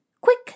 Quick